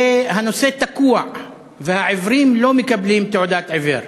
והנושא תקוע, והעיוורים לא מקבלים תעודת עיוור.